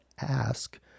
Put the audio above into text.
ask